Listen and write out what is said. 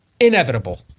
inevitable